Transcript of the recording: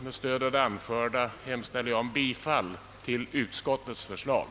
Med stöd av det anförda ber jag att få yrka bifall till utskottets förslag.